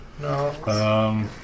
No